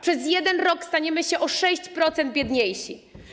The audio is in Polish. Przez jeden rok staniemy się o 6% biedniejsi.